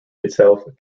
itself